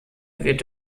wird